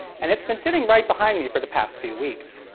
and it's been sitting right behind me for the past few weeks.